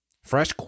Fresh